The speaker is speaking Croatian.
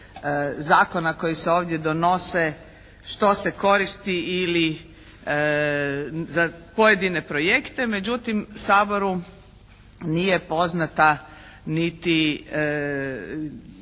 zakona koji se ovdje donose što se koristi ili za pojedine projekt. Međutim Saboru nije poznata niti